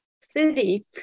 City